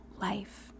life